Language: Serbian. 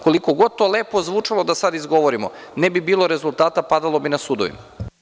Koliko god to lepo zvučalo da sada izgovorimo, ne bi bilo rezultata, padalo bi na sudovima.